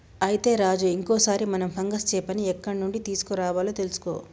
అయితే రాజు ఇంకో సారి మనం ఫంగస్ చేపని ఎక్కడ నుండి తీసుకురావాలో తెలుసుకో